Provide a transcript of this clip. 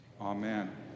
Amen